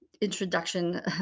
introduction